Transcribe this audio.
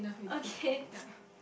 okay